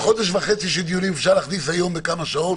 שחודש וחצי של דיונים אפשר להכניס היום בכמה שעות